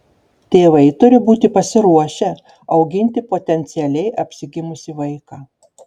tėvai turi būti pasiruošę auginti potencialiai apsigimusį vaiką